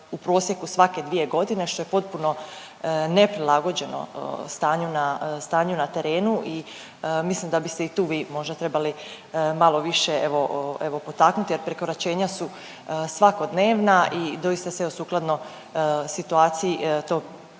u prosjeku svake 2.g., što je potpuno neprilagođeno stanju na, stanju na terenu i mislim da bi se i tu vi možda trebali malo više evo, evo potaknut jer prekoračenja su svakodnevna i doista se evo sukladno situaciji to povjerenstvo